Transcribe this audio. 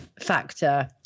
factor